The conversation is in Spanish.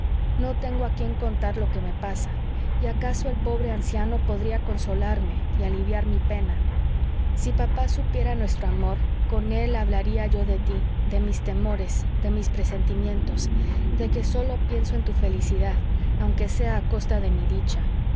no tengo a quien contar lo que me pasa y acaso el pobre anciano podría consolarme y aliviar mi pena si papá supiera nuestro amor con él hablaría yo de tí de mis temores de mis presentimientos de que sólo pienso en tu felicidad aunque sea a costa de mi dicha